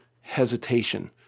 hesitation